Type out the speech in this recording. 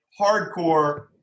hardcore